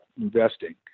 investing